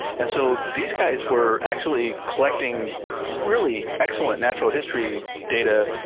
and so, these guys were actually collecting really excellent natural history data,